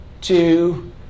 two